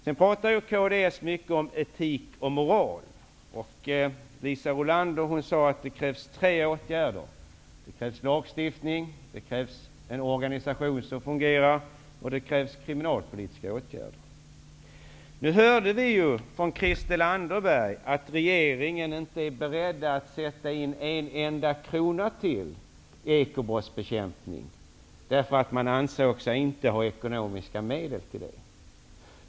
Kds pratar mycket om etik och moral, och Liisa Rulander sade att det krävs tre åtgärder: lagstiftning, en organisation som fungerar och kriminalpolitiska åtgärder. Nu hörde vi ju av Christel Anderberg att regeringen inte är beredd att sätta in en enda krona till i ekobrottsbekämpningen, därför att man ansåg sig inte ha ekonomiska medel till det.